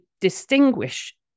distinguish